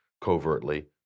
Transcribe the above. covertly